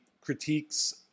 critiques